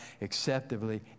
acceptably